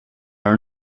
are